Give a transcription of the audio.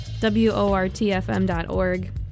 wortfm.org